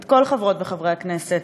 את כל חברות וחברי הכנסת,